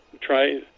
try